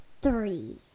three